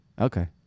okay